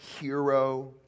hero